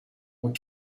were